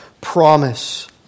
promise